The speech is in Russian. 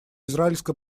израильско